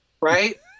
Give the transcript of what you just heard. right